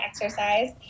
exercise